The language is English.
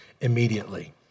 immediately